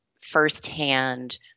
firsthand